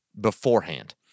beforehand